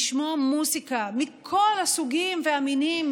לשמוע מוזיקה מכל הסוגים והמינים,